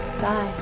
Bye